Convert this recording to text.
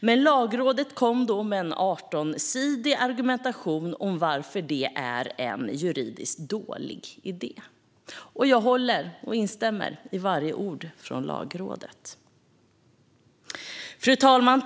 Men Lagrådet kom då med en 18-sidig argumentation om varför det är en juridiskt dålig idé, och jag instämmer i varje ord från Lagrådet. Fru talman!